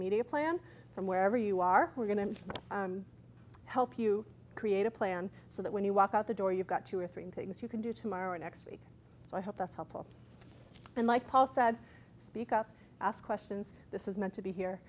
media plan from wherever you are we're going to help you create a plan so that when you walk out the door you've got two or three things you can do tomorrow next week so i hope that's helpful and like paul said speak up ask questions this is meant to be here